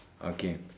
okay